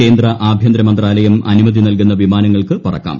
കേന്ദ്ര ആഭ്യന്തര മന്ത്രാലയം അനുമതി നൽകുന്ന വിമാനങ്ങൾക്ക് പറക്കാം